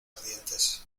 ardientes